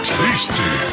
tasty